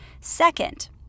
Second